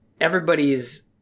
everybody's